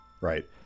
Right